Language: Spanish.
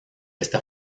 esta